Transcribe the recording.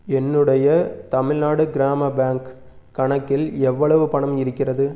என்னுடைய தமிழ்நாடு கிராம பேங்க் கணக்கில் எவ்வளவு பணம் இருக்கிறது